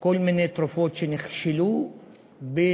כל מיני תרופות שנכשלו בתוצאות